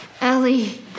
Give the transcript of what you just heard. Ellie